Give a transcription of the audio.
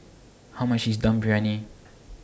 How much IS Dum Briyani